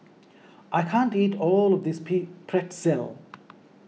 I can't eat all of this Pretzel